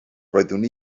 roeddwn